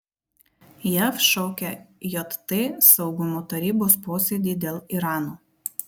jav šaukia jt saugumo tarybos posėdį dėl irano